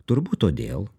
turbūt todėl